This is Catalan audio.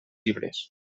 llibres